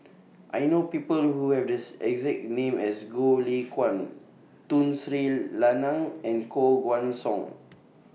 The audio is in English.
I know People Who Have This exact name as Goh Lay Kuan Tun Sri Lanang and Koh Guan Song